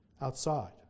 outside